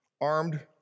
armed